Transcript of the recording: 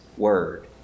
word